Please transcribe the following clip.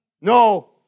No